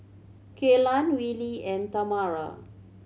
Kaylan Willie and Tamara